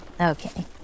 Okay